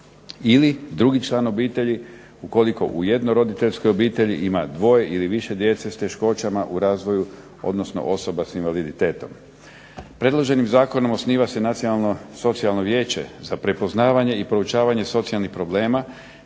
Ili drugi član obitelj ukoliko u jedno roditeljskoj obitelji ima dvoje ili više djece s teškoćama u razvoju odnosno osoba sa invaliditetom. Predloženim zakonom osniva se nacionalno socijalno vijeće za prepoznavanje i proučavanje socijalnih problema,